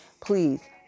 please